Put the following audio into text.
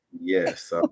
Yes